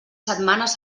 setmanes